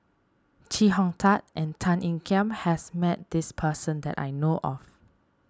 Chee Hong Tat and Tan Ean Kiam has met this person that I know of